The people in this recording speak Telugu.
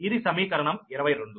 ఇది సమీకరణం 22